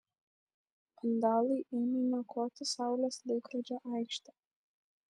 vandalai ėmė niokoti saulės laikrodžio aikštę